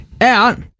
out